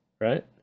right